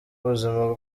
ubuzima